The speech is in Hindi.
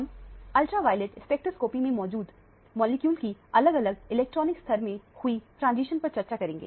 हम अल्ट्रावॉयलेट स्पेक्ट्रोस्कोपी में मौजूद मॉलिक्यूल की अलग अलग इलेक्ट्रॉनिक स्तर में हुई ट्रांसलेशन पर चर्चा करेंगे